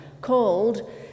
called